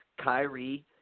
Kyrie